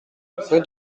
rue